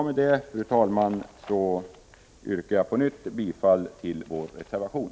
Med detta, fru talman, yrkar jag på nytt bifall till vår reservation.